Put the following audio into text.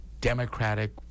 democratic